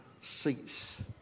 seats